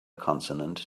consonant